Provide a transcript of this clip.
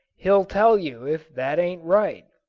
he'll tell you if that ain't right.